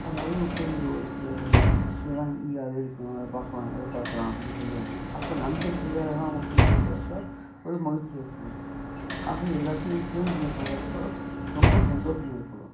அதாவது கோவில்ல போய் சில பேர் இங்கே அது இருக்கும் அதை பார்க்கலாம் இதை பார்க்கலாம் அப்படினு சொல்லுவாங்க அப்போ நமக்கு தெரியாததெல்லாம் அவங்க சொல்லி கொடுக்குறப்ப ஒரு மகிழ்ச்சி ஏற்படும் ஆக எல்லாத்தையும் சேர்ந்து போய் பார்க்குறப்ப ரொம்ப சந்தோசம் ஏற்படும்